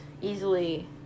easily